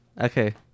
Okay